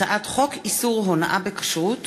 הצעת חוק קיצור תקופת